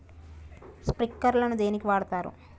Sprinkler ను దేనికి వాడుతరు?